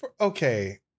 Okay